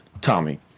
Tommy